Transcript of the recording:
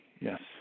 Yes